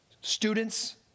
students